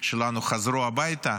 שלנו חזרו הביתה,